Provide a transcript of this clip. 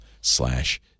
slash